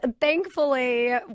Thankfully